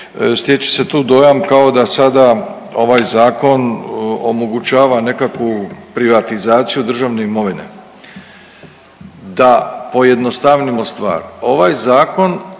Stječe se tu dojam kao da sada ovaj zakon omogućava nekakvu privatizaciju državne imovine. Da pojednostavimo stvar. Ovaj zakon